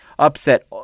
upset